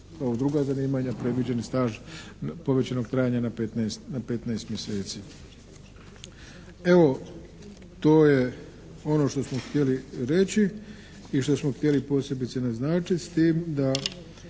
druga zanimanja predviđeni staž povećanog trajanja na 15 mjeseci. Evo, to je ono što smo htjeli reći i što smo htjeli posebice naznačiti s tim da